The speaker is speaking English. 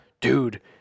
Dude